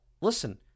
listen